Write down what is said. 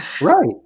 right